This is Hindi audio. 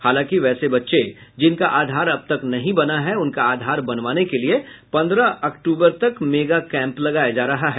हालांकि वैसे बच्चे जिनका आधार अब तक नहीं बना है उनका आधार बनवाने के लिए पन्द्रह अक्टूबर तक मेगा कैंप लगाया जा रहा है